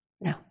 No